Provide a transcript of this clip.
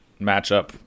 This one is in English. matchup